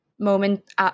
Moment